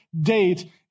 date